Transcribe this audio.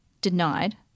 denied